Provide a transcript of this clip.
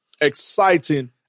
exciting